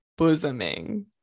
bosoming